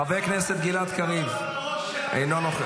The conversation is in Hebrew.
חבר הכנסת גלעד קריב, אינו נוכח.